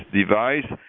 device